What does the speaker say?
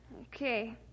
Okay